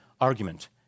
argument